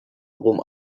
rom